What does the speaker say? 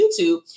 YouTube